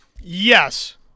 Yes